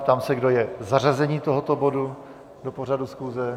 Ptám se, kdo je pro zařazení tohoto bodu do pořadu schůze.